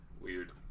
Weird